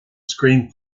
screen